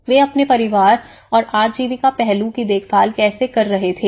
वे अपने परिवार और आजीविका पहलू की देखभाल कैसे कर रहे थे